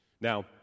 Now